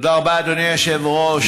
תודה רבה, אדוני היושב-ראש.